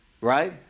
Right